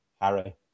Harry